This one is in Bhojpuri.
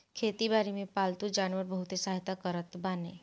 खेती बारी में पालतू जानवर बहुते सहायता करत बाने